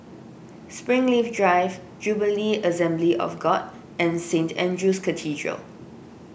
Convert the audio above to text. Springleaf Drive Jubilee Assembly of God and Saint andrew's Cathedral